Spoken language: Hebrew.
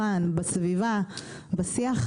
אני מודה לך על המאמץ הזה שאת עושה.